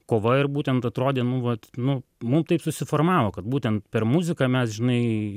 kova ir būtent atrodė nu vat nu mum taip susiformavo kad būtent per muziką mes žinai